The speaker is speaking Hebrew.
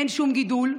אין שום גידול,